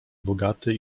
bogaty